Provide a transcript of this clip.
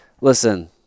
listen